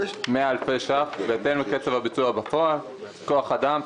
100 אלפי ש"ח בהתאם לקצב הביצוע בפועל: כוח אדם,